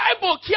bible